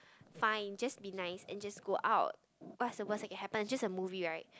fine just be nice and just go out what's the worst thing can happen is just a movie right